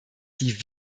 die